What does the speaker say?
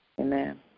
Amen